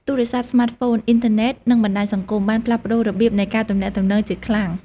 ទូរស័ព្ទស្មាតហ្វូន អ៊ីនធឺណេត និងបណ្តាញសង្គម បានផ្លាស់ប្តូររបៀបនៃការទំនាក់ទំនងជាខ្លាំង។